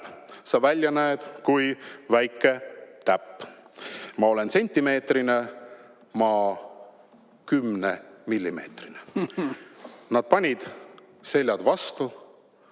välja näed kui väike täpp!" "Ma olen sentimeetrine!""Ma kümnemillimeetrine!" Nad panid seljad vastu